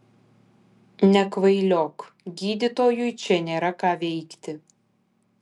nekvailiok gydytojui čia nėra ką veikti